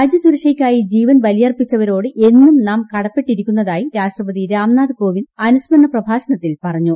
രാജ്യസുരക്ഷയ്ക്കായി ജീവൻ ബലിയർപ്പിച്ചവരോട് നാം എന്നും കടപ്പെട്ടിരിക്കുന്നതായി രാഷ്ട്രപതി രാംനാഥ് കോവിന്ദ് അനുസ്മരണപ്രഭാഷണത്തിൽ പറഞ്ഞു